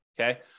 okay